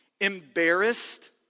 embarrassed